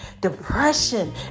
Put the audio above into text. depression